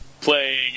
playing